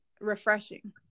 refreshing